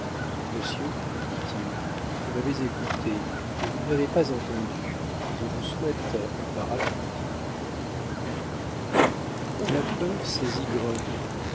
monsieur lui dit-il vous m'avez écouté mais vous ne m'avez pas entendu je vous souhaite un parapluie la peur saisit